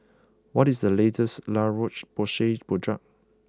what is the latest La Roche Porsay product